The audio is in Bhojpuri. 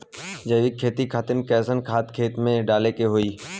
जैविक खेती खातिर कैसन खाद खेत मे डाले के होई?